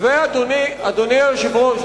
אדוני היושב-ראש,